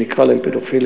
שנקרא להם פדופילים,